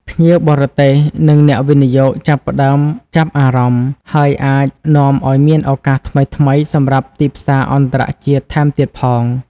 ភ្ញៀវបរទេស និងអ្នកវិនិយោគចាប់ផ្តើមចាប់អារម្មណ៍ ហើយអាចនាំឲ្យមានឱកាសថ្មីៗសម្រាប់ទីផ្សារអន្តរជាតិថែមទៀតផង។